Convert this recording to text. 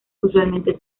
usualmente